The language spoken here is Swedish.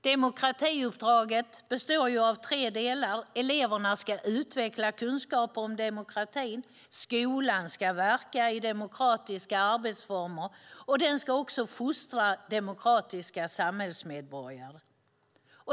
Demokratiuppdraget består av tre delar: Eleverna ska utveckla kunskaper om demokrati, skolan ska verka i demokratiska arbetsformer, och den ska också fostra demokratiska samhällsmedborgare.